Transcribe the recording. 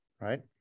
right